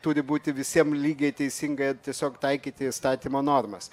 turi būti visiem lygiai teisinga tiesiog taikyti įstatymo normas